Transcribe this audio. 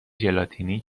ژلاتینی